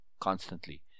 constantly